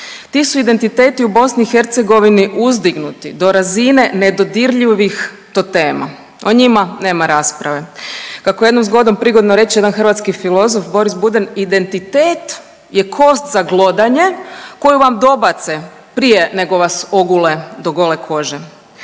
Ti su identiteti u BiH uzdignuti do razine nedodirljivih totema. O njima nema rasprave. Kako jednom zgodom prigodno reče jedan hrvatski filozof Boris Buden identitet je kost za glodanje koju vam dobace prije nego vas ogule do gole kože.